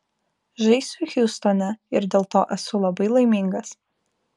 žaisiu hjustone ir dėl to esu labai laimingas